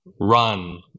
run